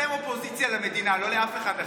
אתם אופוזיציה למדינה, לא לאף אחד אחר.